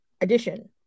addition